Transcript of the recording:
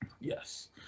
Yes